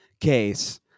case